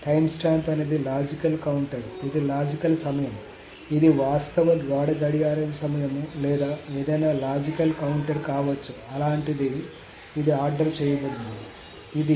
timestamp అనేది logical counter ఇది logical సమయం ఇది వాస్తవ గోడ గడియారం సమయం లేదా ఏదైనా లాజికల్ కౌంటర్ కావచ్చు అలాంటిది ఇది ఆర్డర్ చేయబడింది ఇది